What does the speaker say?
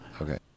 Okay